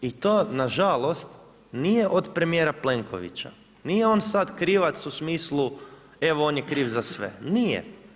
I to nažalost, nije od premijera Plenkovića, nije on sad krivac u smislu, evo on je kriv za sve, nije.